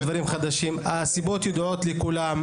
הסיבות ידועות לכולם.